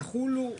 יחולו,